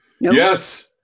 Yes